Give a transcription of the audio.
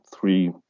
three